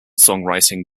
songwriting